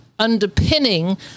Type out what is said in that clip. underpinning